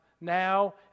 now